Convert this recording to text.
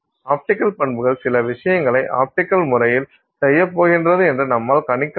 optical பண்புகள் சில விஷயங்களை ஆப்டிக்கல் முறையில் செய்யப்போகிறது என்று நம்மால் கணிக்க முடியும்